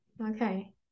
Okay